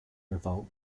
revolt